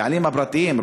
הבעלים הפרטיים,